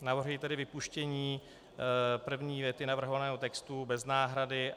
Navrhuji tedy vypuštění první věty navrhovaného textu bez náhrady.